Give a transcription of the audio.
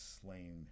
slain